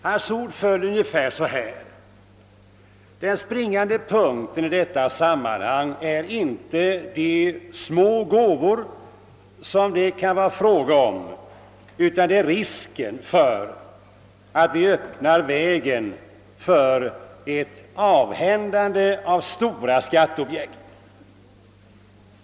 Hans ord föll ungefär så här: Den springande punkten i detta sammanhang är inte de små gåvor som det kan vara fråga om, utan det är risken för att vi öppnar vägen för ett avhändande av stora skatteobjekt.